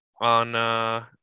on